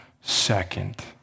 second